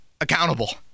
accountable